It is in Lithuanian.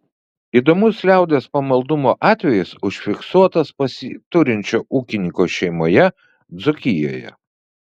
įdomus liaudies pamaldumo atvejis užfiksuotas pasiturinčio ūkininko šeimoje dzūkijoje